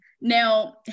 Now